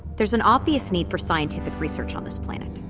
there's an obvious need for scientific research on this planet,